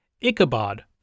Ichabod